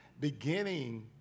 beginning